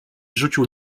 rzucił